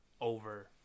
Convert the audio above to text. over